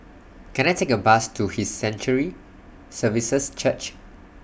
Can I Take A Bus to His Sanctuary Services Church